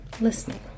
listening